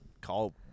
call